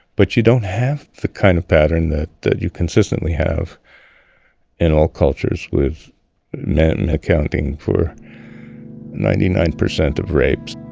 but you don't have the kind of pattern that that you consistently have in all cultures, with men accounting for ninety nine percent of rapes.